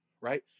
right